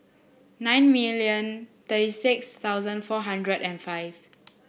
nine million thirty six thousand four hundred and five